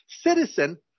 citizen